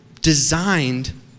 designed